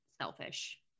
selfish